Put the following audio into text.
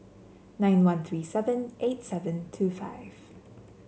nine one three seven eight seven two five